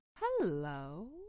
Hello